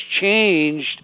changed